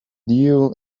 deal